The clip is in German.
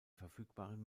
verfügbaren